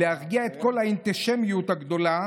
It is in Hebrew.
ולהרגיע את כל האנטישמיות הגדולה,